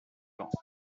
vents